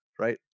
right